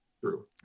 True